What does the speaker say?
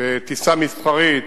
בטיסה מסחרית,